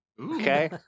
Okay